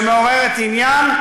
שמעוררת עניין,